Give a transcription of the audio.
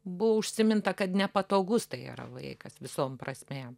buvo užsiminta kad nepatogus tai yra vaikas visom prasmėm